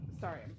Sorry